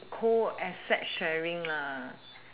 coasset sharing lah